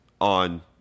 on